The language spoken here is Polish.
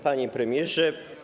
Panie Premierze!